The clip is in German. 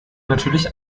natürlich